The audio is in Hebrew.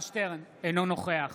אינו נוכח